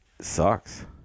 sucks